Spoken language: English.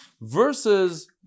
versus